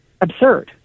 absurd